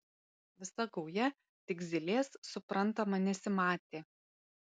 visa gauja tik zylės suprantama nesimatė